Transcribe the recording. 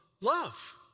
love